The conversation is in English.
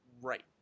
right